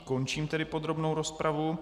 Končím tedy podrobnou rozpravu.